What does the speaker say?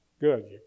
Good